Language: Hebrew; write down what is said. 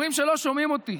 אומרים שלא שומעים אותי.